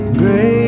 great